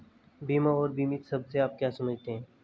बीमा और बीमित शब्द से आप क्या समझते हैं?